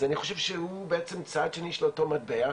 אז אני חושב שהוא בעצם צד שני של אותו מטבע,